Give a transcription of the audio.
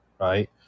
Right